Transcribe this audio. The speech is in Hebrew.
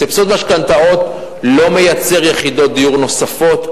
סבסוד משכנתאות לא מייצר יחידות דיור נוספות,